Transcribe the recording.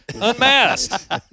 unmasked